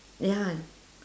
ya